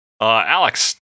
Alex